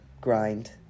grind